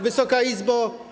Wysoka Izbo!